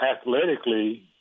athletically